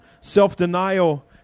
Self-denial